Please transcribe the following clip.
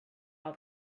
all